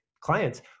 clients